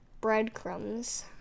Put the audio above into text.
breadcrumbs